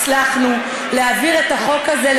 הצלחנו להעביר את החוק הזה,